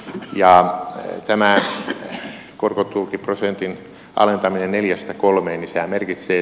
ja tämä korkotukiprosentin alentaminen neljästä kolmeen ja merkitsi